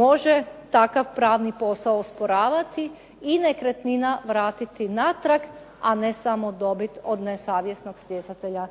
može takav pravni posao osporavati i nekretnina vratiti natrag, a ne samo dobiti od nesavjesnog stjecatelja